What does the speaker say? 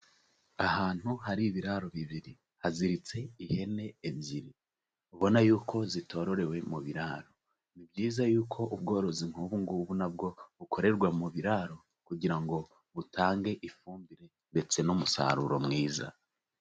Ahantu hari ibiraro bibiri, haziritse ihene ebyiri, ubona yuko zitorerorewe mu biraro, ni byiza yuko ubworozi nk'ubu ngubu nabwo bukorerwa mu biraro, kugira ngo butange ifumbire ndetse n'umusaruro mwiza.